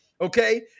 Okay